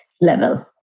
level